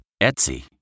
Etsy